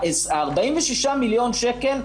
46 מיליון שקלים,